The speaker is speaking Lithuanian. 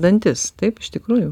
dantis taip iš tikrųjų